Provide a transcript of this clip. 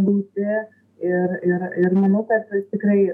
gauti ir ir ir manau kad tikrai